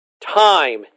time